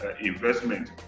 investment